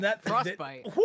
Frostbite